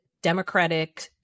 Democratic